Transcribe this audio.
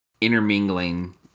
intermingling